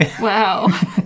Wow